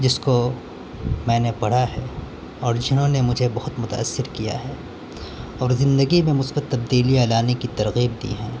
جس کو میں نے پڑھا ہے اور جنہوں نے مجھے بہت متاثر کیا ہے اور زندگی میں مثبت تبدیلیاں لانے کی ترغیب دی ہیں